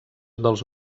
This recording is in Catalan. dels